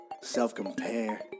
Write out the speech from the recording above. Self-compare